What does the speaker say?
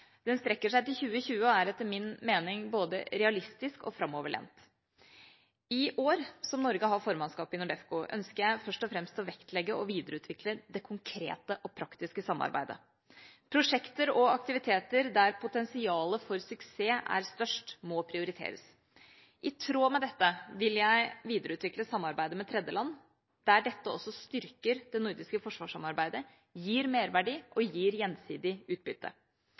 Den strekker seg til 2020 og er etter min mening både realistisk og framoverlent. I år som Norge har formannskapet i NORDEFCO, ønsker jeg først og fremst å vektlegge og videreutvikle det konkrete og praktiske samarbeidet. Prosjekter og aktiviteter der potensialet for suksess er størst, må prioriteres. I tråd med dette vil jeg videreutvikle samarbeidet med tredjeland der dette også styrker det nordiske forsvarssamarbeidet, gir merverdi og gir gjensidig utbytte.